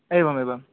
एवम् एवं